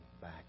back